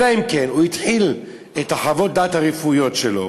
אלא אם כן הוא התחיל את חוות הדעת הרפואיות שלו,